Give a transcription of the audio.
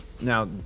Now